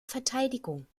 verteidigung